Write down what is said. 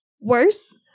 worse